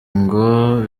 ngo